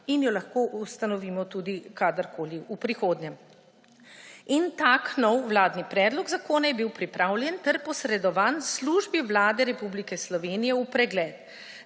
in jo lahko ustanovimo tudi kadarkoli v prihodnje. Takšen nov vladni predlog zakona je bil pripravljen ter posredovan službi Vlade Republike Slovenije v pregled.